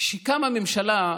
כשקמה הממשלה,